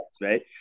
right